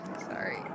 Sorry